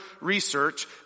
research